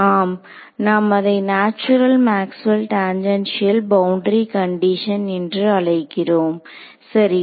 ஆம் நாம் அதை natural Maxwell tangential boundary condition என்று அழைக்கிறோம் சரி